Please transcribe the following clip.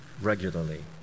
regularly